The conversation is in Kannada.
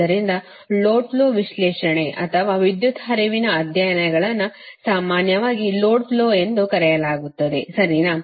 ಆದ್ದರಿಂದ ಲೋಡ್ ಫ್ಲೋ ವಿಶ್ಲೇಷಣೆ ಅಥವಾ ವಿದ್ಯುತ್ ಹರಿವಿನ ಅಧ್ಯಯನಗಳನ್ನು ಸಾಮಾನ್ಯವಾಗಿ ಲೋಡ್ ಫ್ಲೋ ಎಂದು ಕರೆಯಲಾಗುತ್ತದೆ ಸರಿನಾ